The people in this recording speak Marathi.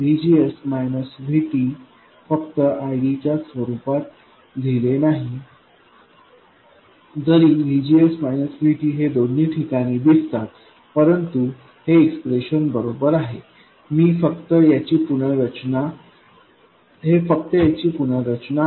मी VGS VT फक्त IDच्याच स्वरूपात लिहिले नाही जरी VGS VTहे दोन्ही ठिकाणी दिसतात परंतु हे एक्सप्रेशन बरोबर आहे हे फक्त याची पुनर्रचना आहे